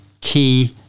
key